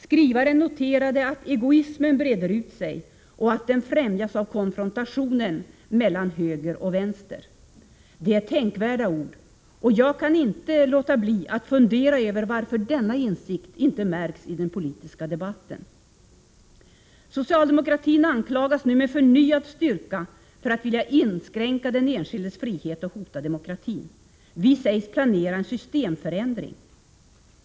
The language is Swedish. Skrivaren noterade att ”egoismen breder ut sig” och att ”den främjas av konfrontationen mellan höger och vänster”. Det är tänkvärda ord. Jag kan inte låta bli att fundera över varför denna insikt inte märks i den politiska debatten. Socialdemokratin anklagas nu med förnyad styrka för att vilja inskränka den enskildes frihet och hota demokratin. Vi sägs planera en systemförändring.